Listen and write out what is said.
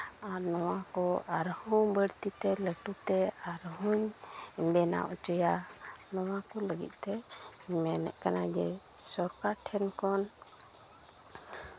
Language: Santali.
ᱟᱨ ᱱᱚᱣᱟᱠᱚ ᱟᱨᱦᱚᱸ ᱵᱟᱹᱲᱛᱤ ᱛᱮ ᱞᱟᱹᱴᱩᱛᱮ ᱟᱨᱦᱚᱸᱧ ᱵᱮᱱᱟᱣ ᱦᱚᱪᱚᱭᱟ ᱱᱚᱣᱟᱠᱚ ᱞᱟᱹᱜᱤᱫᱛᱮ ᱢᱮᱱᱮᱫ ᱠᱟᱱᱟ ᱡᱮ ᱥᱚᱨᱠᱟᱨ ᱴᱷᱮᱱ ᱠᱷᱚᱱ